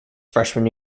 freshman